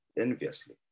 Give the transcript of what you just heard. enviously